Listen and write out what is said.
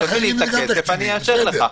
תביא את הכסף אני אאשר לך.